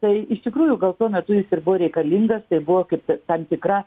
tai iš tikrųjų gal tuo metu jis ir buvo reikalingas tai buvo kaip ir tam tikra